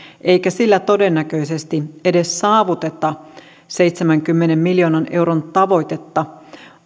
eikä sillä todennäköisesti edes saavuteta seitsemänkymmenen miljoonan euron tavoitetta